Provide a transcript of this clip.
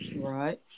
Right